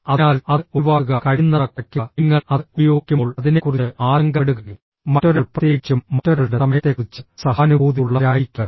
അതിനാൽ അത് ഒഴിവാക്കുക കഴിയുന്നത്ര കുറയ്ക്കുക നിങ്ങൾ അത് ഉപയോഗിക്കുമ്പോൾ അതിനെക്കുറിച്ച് ആശങ്കപ്പെടുക മറ്റൊരാൾ പ്രത്യേകിച്ചും മറ്റൊരാളുടെ സമയത്തെക്കുറിച്ച് സഹാനുഭൂതിയുള്ളവരായിരിക്കുക